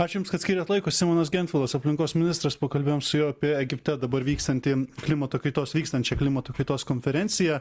ačiū jums kad skyrėt laiko simonas gentvilas aplinkos ministras pakalbėjom su juo apie egipte dabar vykstantį klimato kaitos vykstančią klimato kaitos konferenciją